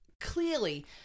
clearly